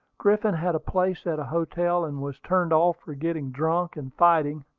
griffin had a place at a hotel, and was turned off for getting drunk, and fighting.